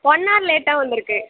one hour லேட்டாக வந்திருக்கு